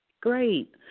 Great